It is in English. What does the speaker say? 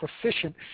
proficient